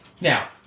Now